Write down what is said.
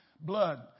Blood